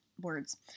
words